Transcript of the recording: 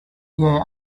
yeah